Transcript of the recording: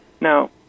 Now